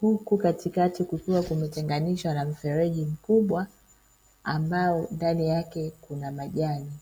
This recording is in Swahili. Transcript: huku katikati kukiwa kumetenganishwa na mfereji mkubwa ambao ndani yake kuna majani.